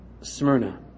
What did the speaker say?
Smyrna